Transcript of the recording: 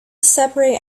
separate